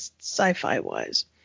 sci-fi-wise